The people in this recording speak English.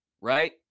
right